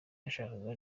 yashakaga